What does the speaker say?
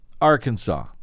Arkansas